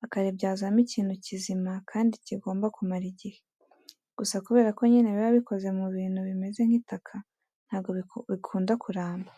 bakaribyazamo ikintu kizima kandi kigomba kumara igihe. Gusa kubera ko nyine biba bikoze mu bintu bimeze nk'itaka ntabwo bikunda kuramba.